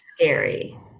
scary